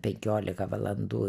penkiolika valandų